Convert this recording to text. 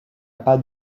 pas